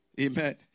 Amen